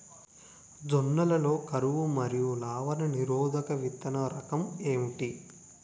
జొన్న లలో కరువు మరియు లవణ నిరోధక విత్తన రకం ఏంటి?